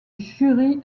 jury